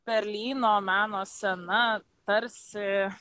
berlyno meno scena tarsi